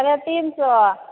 साढ़े तीन सए